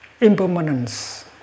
impermanence